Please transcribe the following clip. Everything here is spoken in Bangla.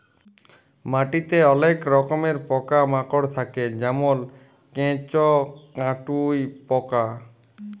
মাটিতে অলেক রকমের পকা মাকড় থাক্যে যেমল কেঁচ, কাটুই পকা